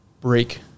break